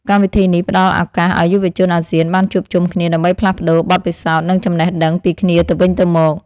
កម្មវិធីនេះផ្តល់ឱកាសឱ្យយុវជនអាស៊ានបានជួបជុំគ្នាដើម្បីផ្លាស់ប្តូរបទពិសោធន៍និងចំណេះដឹងពីគ្នាទៅវិញទៅមក។